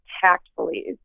tactfully